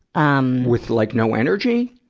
um with like no energy?